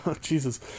Jesus